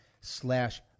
slash